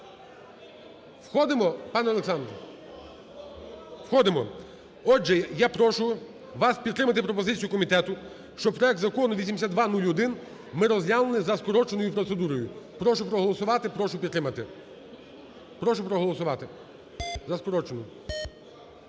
Входимо, пан Олександр? Входимо. Отже, я прошу вас підтримати пропозицію комітету, щоб проект Закону 8201 ми розглянули за скороченою процедурою. Прошу проголосувати, прошу підтримати. Прошу проголосувати за скорочену.